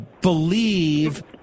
believe